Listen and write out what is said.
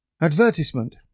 Advertisement